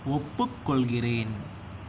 ஒப்புக்கொள்கிறேன்